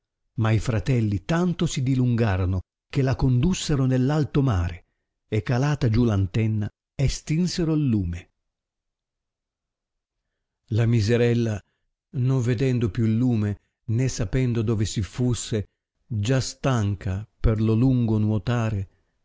ma i fratelli tanto si dilungarono che la condussero neir alto mare e calata giù l antenna estinsero il lume la miserella non vedendo più il lume né sapendo dove si fusse già stanca per lo lungo nuotare